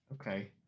Okay